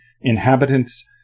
inhabitants